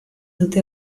dute